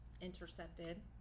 intercepted